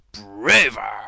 braver